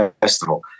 festival